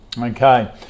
Okay